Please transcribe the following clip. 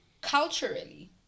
culturally